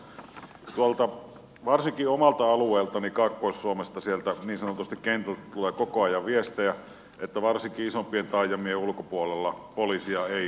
varsinkin tuolta omalta alueeltani kaakkois suomesta niin sanotusti kentältä tulee koko ajan viestejä että varsinkin isompien taajamien ulkopuolella poliisia ei kuulu eikä näy